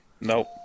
nope